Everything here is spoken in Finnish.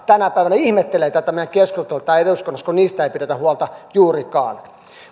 tänä päivänä ihmettelevät tätä meidän keskusteluamme täällä eduskunnassa kun heistä ei pidetä huolta juurikaan